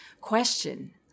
Question